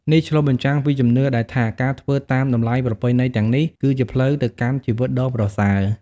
នេះឆ្លុះបញ្ចាំងពីជំនឿដែលថា ការធ្វើតាមតម្លៃប្រពៃណីទាំងនេះ គឺជាផ្លូវទៅកាន់ជីវិតដ៏ប្រសើរ។